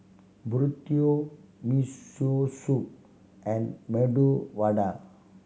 Burrito Miso Soup and Medu Vada